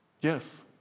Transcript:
Yes